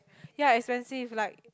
yea expensive like